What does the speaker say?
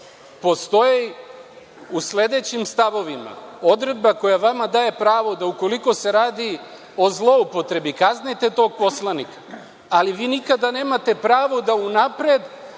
u sledećim stavovima, odredba koja vama daje pravo da ukoliko se radi o zloupotrebi kaznite tog poslanika, ali vi nikada nemate pravo da unapred